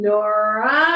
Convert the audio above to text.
Nora